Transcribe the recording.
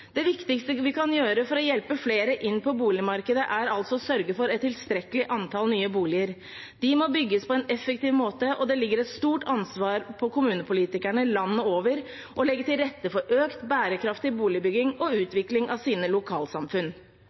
Det viktigste vi kan gjøre for å hjelpe flere inn på boligmarkedet, er å sørge for et tilstrekkelig antall nye boliger. De må bygges på en effektiv måte, og det ligger et stort ansvar på kommunepolitikerne landet over for å legge til rette for økt, bærekraftig boligbygging og utvikling av sine lokalsamfunn.